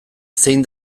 zein